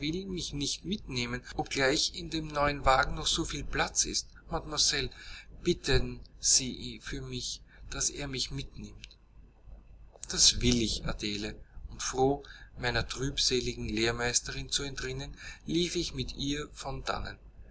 mich nicht mitnehmen obgleich in dem neuen wagen noch soviel platz ist mademoiselle bitten sie für mich daß er mich mitnimmt das will ich adele und froh meiner trübseligen lehrmeisterin zu entrinnen lief ich mit ihr von dannen